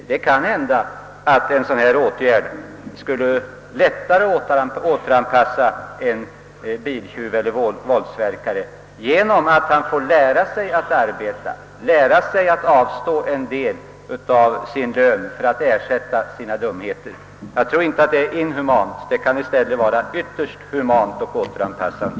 Det kan hända att en sådan åtgärd lättare skulle återanpassa en biltjuv eller våldsverkare genom att han får lära sig att arbeta, lära sig att avstå en del av sin lön för att ersätta sina dumheter. Jag tror inte att det är inhumant. Det kan i stället vara ytterst humant och återanpassande.